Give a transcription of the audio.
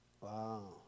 Wow